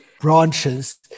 branches